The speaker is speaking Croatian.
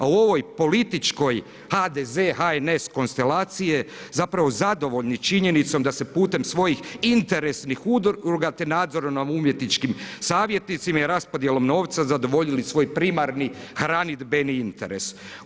A u ovoj političkoj HDZ-HNS konstelacije, zapravo zadovoljni činjenicom, da se putem svojim interesnih udruga, te nadzorom nad umjetničkim savjetnicima i raspodjelom novca zadovoljili svoj primarni hranidbeni interes.